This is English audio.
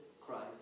Christ